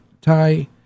Thai